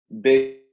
big